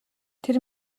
тэр